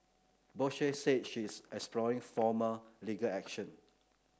Bose said she is exploring formal legal action